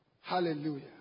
Hallelujah